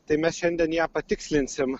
tai mes šiandien ją patikslinsim